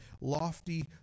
lofty